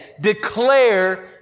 Declare